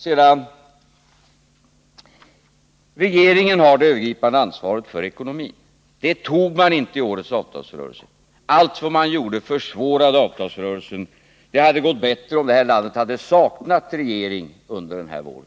Vidare: Regeringen har det övergripande ansvaret för ekonomin. Det tog man inte i årets avtalsrörelse. Allt vad man gjorde försvårade avtalsrörelsen. Det hade gått bättre om det här landet hade saknat regering under den här våren!